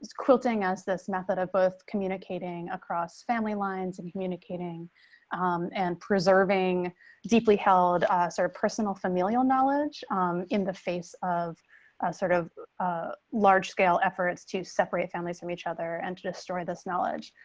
quilting us this method of both communicating across family lines and communicating and preserving deeply held sort of personal familial knowledge in the face of sort of large scale efforts to separate families from each other and to destroy this knowledge.